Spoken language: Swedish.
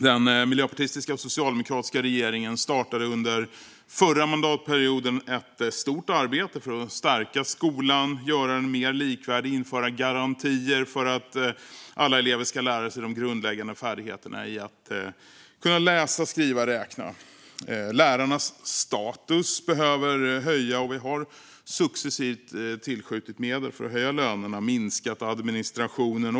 Den miljöpartistiska och socialdemokratiska regeringen startade under förra mandatperioden ett stort arbete för att stärka skolan, göra den mer likvärdig och införa garantier för att alla elever ska lära sig de grundläggande färdigheterna när det gäller att läsa, skriva och räkna. Lärarnas status behöver höjas. Vi har successivt tillskjutit medel för att höja lönerna och minskat administrationen.